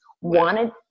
Wanted